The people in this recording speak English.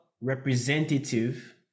representative